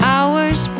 Hours